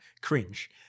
cringe